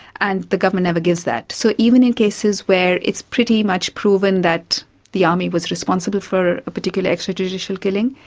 and the government never gives that. so even in cases where it's pretty much proven that the army was responsible for a particular extra-judicial killing,